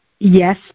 yes